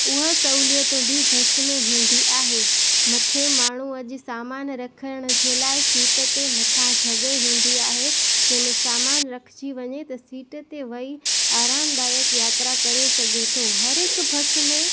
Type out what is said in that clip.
उहा सहूलियत बि बस में हूंदी आहे मथे माण्हू अॼु सामान रखण जे लाइ सीट ते मथां जॻह हूंदी आहे जंहिं में सामानु रखिजी वञे त सीट ते वेई आरामदायक यात्रा करे सघे थो हरेक बस में